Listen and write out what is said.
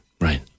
Right